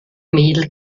mehl